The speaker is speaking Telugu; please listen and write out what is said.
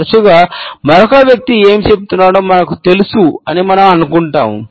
తరచుగా మరొక వ్యక్తి ఏమి చెబుతున్నాడో మనకుకు తెలుసు అని మనం అనుకుంటాము